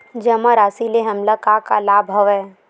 जमा राशि ले हमला का का लाभ हवय?